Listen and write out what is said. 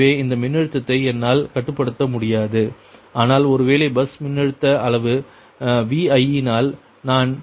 எனவே இந்த மின்னழுத்தத்தை என்னால் கட்டுப்படுத்த முடியாது ஆனால் ஒருவேளை பஸ் மின்னழுத்த அளவு Vi யினால் நான் 1